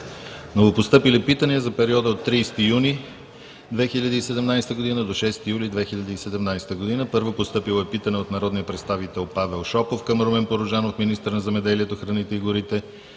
Новопостъпили питания за периода от 30 юни 2017 г. до 6 юли 2017 г. Първо, постъпило е питане от народния представител Павел Шопов към Румен Порожанов – министър на земеделието, храните и горите,